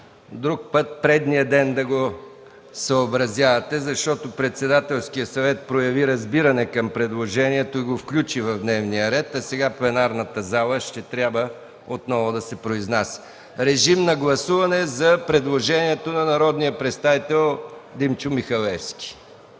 друг път предния ден да го съобразявате, защото Председателският съвет прояви разбиране към предложението и го включи в дневния ред, а сега пленарната зала ще трябва отново да се произнася. Гласуваме предложението на народния представител Димчо Михалевски.